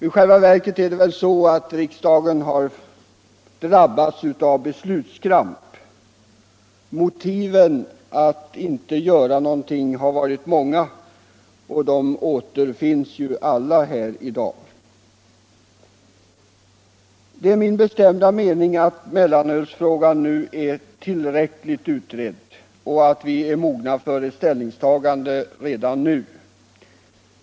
I själva verket har väl riksdagen drabbats av beslutskramp. Motiven till att inte göra någonting har varit många, och alla återfinns i dagens debatt. Det är min bestämda mening att mellanölsfrågan nu är tillräckligt utredd och att vi är mogna för ett ställningstagande redan nu.